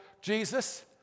Jesus